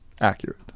accurate